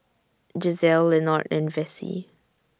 Gisele Lenord and Vessie